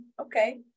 Okay